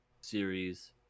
series